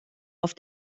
auf